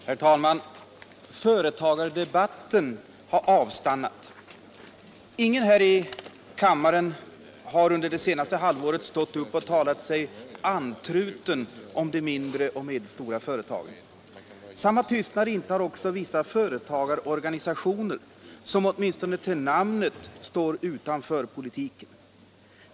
Herr talman! Företagardebatten har avstannat. Ingen här i kammaren har under det senaste halvåret gått upp och talat sig andtruten om de mindre och medelstora företagen. Samma tystnad intar också vissa företagarorganisationer som åtminstone till namnet står utanför politiken.